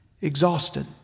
exhausted